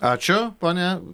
ačiū ponia